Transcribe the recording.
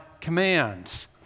commands